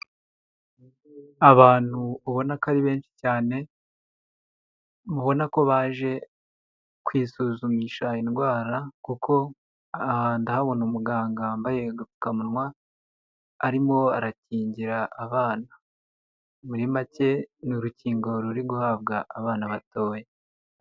Abantu ubona ko ari benshi cyane, ubona ko baje kwisuzumisha indwara kuko aha ndahabona umuganga wambaye agapfukamuwa arimo arakingira abana. Muri make ni urukingo ruri guhabwa abana batoya.